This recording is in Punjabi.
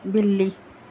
ਬਿੱਲੀ